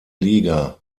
liga